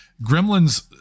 gremlins